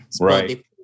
right